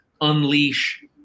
unleash